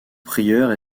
prieure